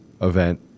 event